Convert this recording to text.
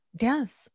Yes